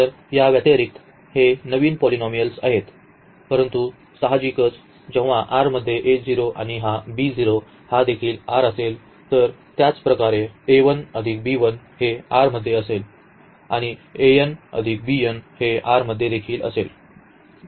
तर आता या व्यतिरिक्त हे नवीन पॉलिनॉमीयल आहे परंतु साहजिकच जेव्हा R मध्ये आणि हा हा देखील R असेल तर त्याचप्रमाणे हे R मध्ये असेल आणि हे R मध्ये देखील असेल